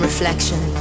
Reflection